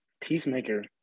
Peacemaker